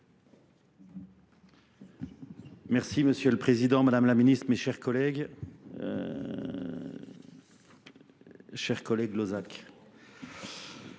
? Monsieur le Président, Madame la Ministre, mes chers collègues, chers collègues Lausac.